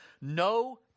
No